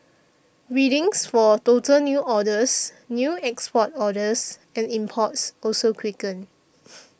readings for total new orders new export orders and imports also quickened